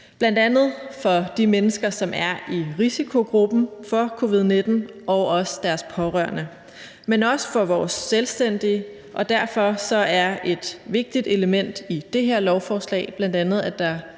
bl.a. for de mennesker, som er i risikogruppen for covid-19, og deres pårørende, men også for vores selvstændige. Og derfor er et vigtigt element i det her lovforslag bl.a., at der